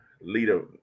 leader